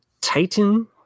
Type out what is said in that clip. Titan